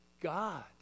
God